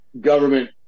government